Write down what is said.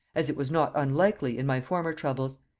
as it was not unlikely, in my former troubles.